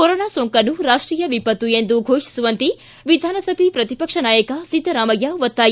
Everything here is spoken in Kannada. ಕೊರೊನಾ ಸೋಂಕನ್ನು ರಾಷ್ಟೀಯ ವಿಪತ್ತು ಎಂದು ಘೋಷಿಸುವಂತೆ ವಿಧಾನಸಭೆ ಪ್ರತಿಪಕ್ಷ ನಾಯಕ ಸಿದ್ದರಾಮಯ್ಯ ಒತ್ತಾಯ